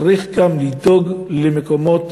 צריך גם לדאוג למקומות